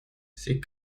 c’est